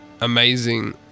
amazing